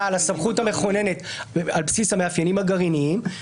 על הסמכות המכוננת על בסיס המאפיינים הגרעיניים,